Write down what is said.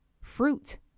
fruit